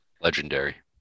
legendary